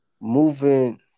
moving